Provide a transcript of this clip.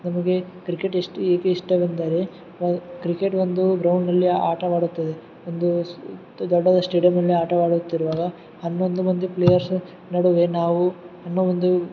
ನಮಗೆ ಕ್ರಿಕೆಟ್ ಇಷ್ಟು ಏಕೆ ಇಷ್ಟವೆಂದರೆ ವ ಕ್ರಿಕೆಟ್ ಒಂದು ಗ್ರೌಂಡಲ್ಲಿ ಆಟವಾಡುತ್ತದೆ ಒಂದು ಸುತ್ತ ದೊಡ್ಡದಾದ ಸ್ಟೇಡಿಯಮ್ಮಿನ ಆಟವಾಡುತ್ತಿರುವಾಗ ಹನ್ನೊಂದು ಮಂದಿ ಪ್ಲೇಯರ್ಸ್ ನಡುವೆ ನಾವು ಇನ್ನೂ ಒಂದು